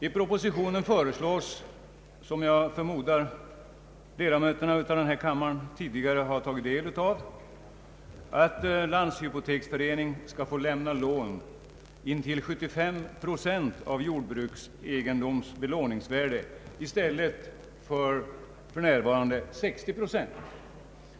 I propositionen, som jag förmodar att ledamöterna av denna kammare tidigare tagit del av, föreslås att landshypoteksförening skall få läm na lån intill 75 procent av jordbruksegendoms belåningsvärde i stället för för närvarande 60 procent.